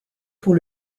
pour